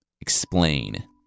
Explain